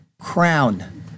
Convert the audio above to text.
crown